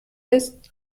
ist